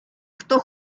хто